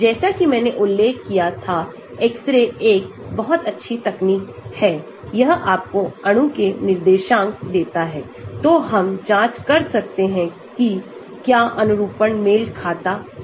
जैसा कि मैंने उल्लेख किया था X ray एक बहुत अच्छी तकनीक है यह आपको अणु के निर्देशांक देता है तो हम जांच कर सक्ते है कि क्या अनुरूपणमेल खाता है